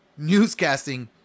newscasting